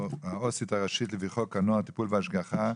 העו"סית הראשית לפי חוק הנוער (טיפול והשגחה),